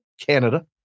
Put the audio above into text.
Canada